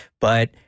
But-